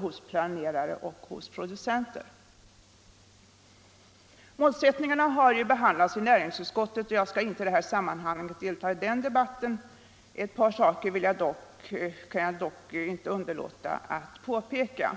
hos planerare och producenter. Målsättningarna har behandlats i näringsutskottet och jag skall inte i det här sammanhanget delta i den debatten. Ett par saker kan jag dock inte underlåta att påpeka.